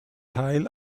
teil